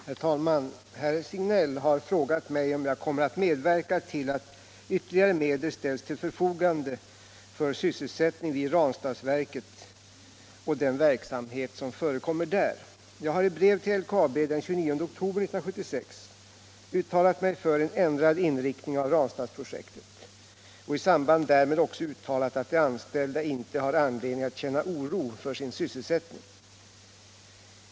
Herr talman! Herr Signell har frågat mig om jag kommer att medverka till att ytterligare medel ställs till förfogande för sysselsättning vid Ranstadsverket och den verksamhet som förekommer där. Jag har i brev till LKAB den 29 oktober 1976 uttalat mig för en ändrad inriktning av Ranstadsprojektet och i samband därmed också uttalat att de anställda inte har anledning att känna oro för sin sysselsättning.